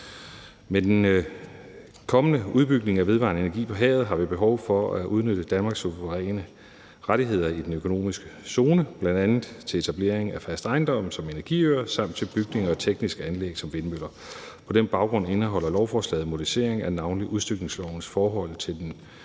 Med den kommende udbygning af vedvarende energi på havet har vi behov for at udnytte Danmarks suveræne rettigheder i den eksklusive økonomiske zone, bl.a. til etablering af fast ejendom som energiøer samt til bygninger og tekniske anlæg som vindmøller. På den baggrund indeholder lovforslaget en modificering af navnlig udstykningslovens forhold til den eksklusive økonomiske zone.